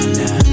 now